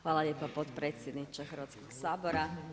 Hvala lijepa potpredsjedniče Hrvatskog sabora.